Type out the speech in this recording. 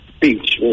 Beach